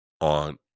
on